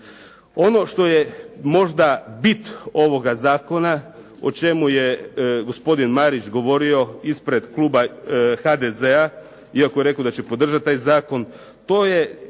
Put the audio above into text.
Ono što je možda bit ovoga zakona o čemu je gospodin Marić govorio ispred kluba HDZ-a iako je rekao da će podržati taj zakon to je